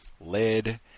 lead